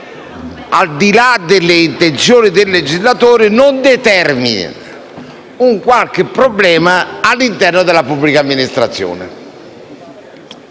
al di là delle intenzioni del legislatore, non determini qualche problema all'interno della pubblica amministrazione.